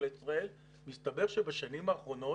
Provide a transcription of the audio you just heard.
מסתבר שבשנים האחרונות